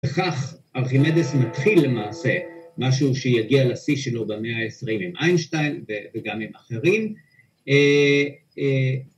‫וכך ארכימדס מתחיל למעשה, ‫משהו שיגיע לשיא שלו במאה ה-20 ‫עם איינשטיין וגם עם אחרים.